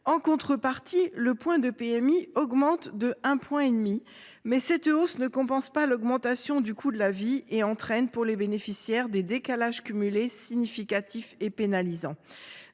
En contrepartie, le point de PMI augmente de 1,5 %, mais cette hausse ne compense pas l’augmentation du coût de la vie et entraîne pour les bénéficiaires des décalages cumulés significatifs et pénalisants.